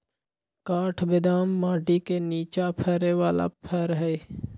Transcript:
काठ बेदाम माटि के निचा फ़रे बला फ़र हइ